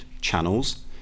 channels